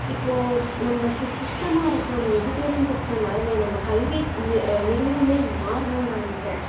இப்போது நம்ப சி சிஸ்டமாக இருக்கணும் நம்ம எஜுகேஷன் சிஸ்டம் அதாவது நம்ப கல்வி நிருவாகமே மாறணும்னு நான் நினைக்கிறேன்